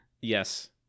Yes